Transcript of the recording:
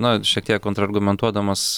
na šiek tiek kontrargumentuodamas